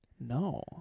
No